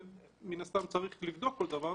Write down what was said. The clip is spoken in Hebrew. מן הסתם צריך לבדוק כל דבר,